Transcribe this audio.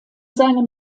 seinem